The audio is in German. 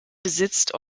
besitzt